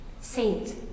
Saint